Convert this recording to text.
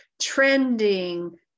trending